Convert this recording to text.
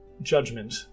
judgment